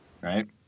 right